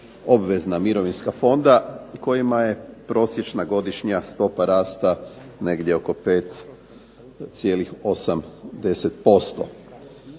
obvezna mirovinska fonda kojima je prosječna godišnja stopa rasta negdje oko 5,80%.